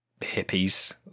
hippies